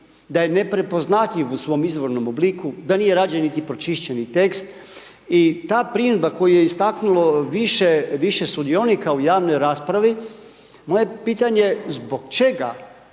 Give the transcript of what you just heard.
da je neprepoznatljiv u svom izvornom obliku, da nije rađen niti pročišćeni tekst i ta .../Govornik se ne razumije./... koju je istaknulo više sudionika u javnoj raspravi, moje pitanje zbog čega